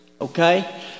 okay